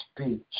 speech